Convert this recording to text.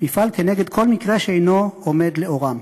ויפעל כנגד כל מקרה שאינו עומד לאורם.